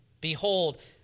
behold